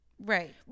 Right